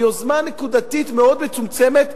שהיא יוזמה נקודתית מאוד מצומצמת,